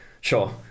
sure